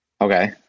Okay